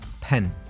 Pen